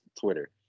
Twitter